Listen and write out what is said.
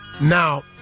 Now